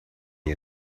you